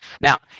Now